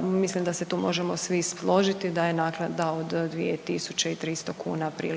Mislim da se tu možemo svi složiti da je naknada od 2.300 prilično